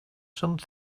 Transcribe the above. some